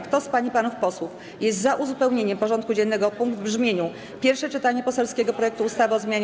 Kto z pań i panów posłów jest za uzupełnieniem porządku dziennego o punkt w brzmieniu: Pierwsze czytanie poselskiego projektu ustawy o zmianie